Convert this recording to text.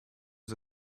was